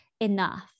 enough